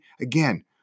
Again